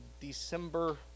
December